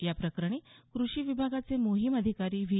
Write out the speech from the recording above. या प्रकरणी कृषी विभागाचे मोहीम अधिकारी व्ही